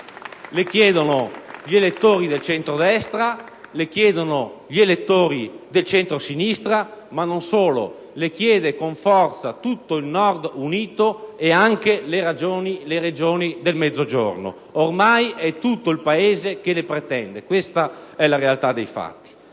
le chiedono gli elettori del centrodestra e del centrosinistra, ma non solo: le chiedono con forza tutto il Nord unito e anche le Regioni del Mezzogiorno. Ormai è tutto il Paese che le pretende: questa è la realtà dei fatti.